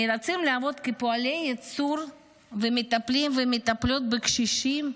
נאלצים לעבוד כפועלי ייצור במפעלים או מטפלים ומטפלות בקשישים.